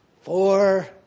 four